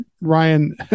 Ryan